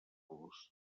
los